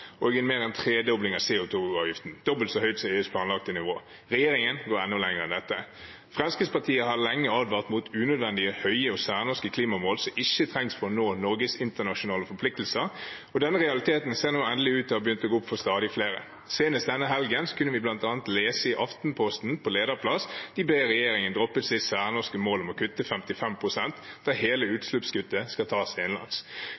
og mer enn en tredobling av CO 2 -avgiften – dobbelt så høyt som Høyres planlagte nivå. Regjeringen går enda lenger enn dette. Fremskrittspartiet har lenge advart mot unødvendig høye og særnorske klimamål som ikke trengs for å nå Norges internasjonale forpliktelser, og denne realiteten ser nå endelig ut til å ha begynt å gå opp for stadig flere. Senest denne helgen kunne vi bl.a. lese i Aftenposten på lederplass at de ber regjeringen droppe de særnorske målene om å kutte 55 pst., der hele